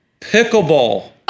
Pickleball